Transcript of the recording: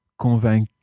convaincu